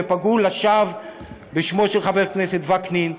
ופגעו לשווא בשמו של חבר הכנסת וקנין,